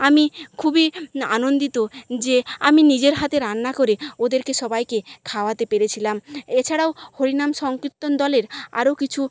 আমি খুবই আনন্দিত যে আমি নিজের হাতে রান্না করে ওদেরকে সবাইকে খাওয়াতে পেরেছিলাম এছাড়াও হরিনাম সংকীর্তন দলের আরো কিছু